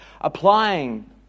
applying